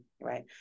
Right